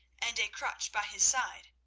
and a crutch by his side,